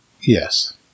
Yes